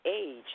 age